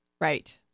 Right